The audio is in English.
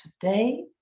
today